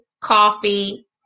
Coffee